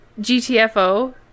GTFO